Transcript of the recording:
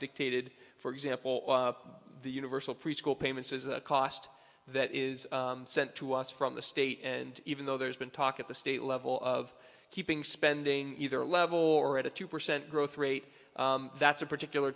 dictated for example the universal preschool payments is a cost that is sent to us from the state and even though there's been talk at the state level of keeping spending either level or at a two percent growth rate that's a particular